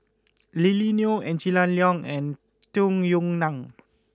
Lily Neo Angela Liong and Tung Yue Nang